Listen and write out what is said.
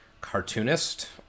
cartoonist